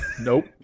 Nope